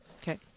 Okay